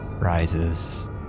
rises